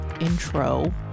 intro